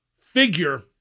figure